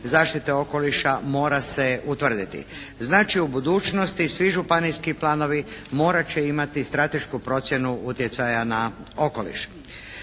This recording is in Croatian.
zaštite okoliša mora se utvrditi. Znači u budućnosti svi županijski planovi morat će imati stratešku procjenu utjecaja na okoliš.